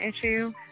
issue